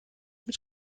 mit